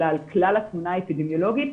אלא על כלל התמונה האפידמיולוגית.